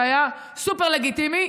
שהיה סופר-לגיטימי.